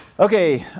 okay.